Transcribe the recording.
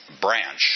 branch